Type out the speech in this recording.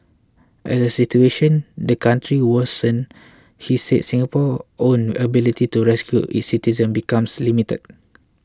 as the situation the country worsens he said Singapore's own ability to rescue its citizens becomes limited